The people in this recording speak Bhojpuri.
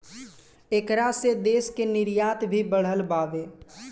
ऐकरा से देश के निर्यात भी बढ़ल बावे